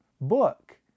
book